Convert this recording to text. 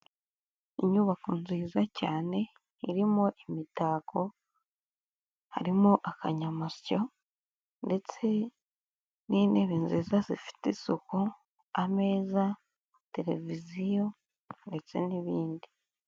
Inyubako nziza cyane irimo imitako, harimo akanyamasyo ndetse n'intebe nziza zifite isuku, ameza, televiziyo ndetse n'ibindi.